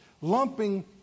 lumping